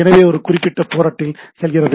எனவே அது குறிப்பிட்ட போர்ட்டில் செல்கிறது